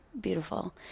beautiful